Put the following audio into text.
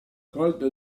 colta